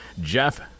Jeff